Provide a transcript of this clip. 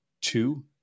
two